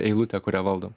eilutę kurią valdom